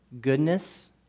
goodness